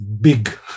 big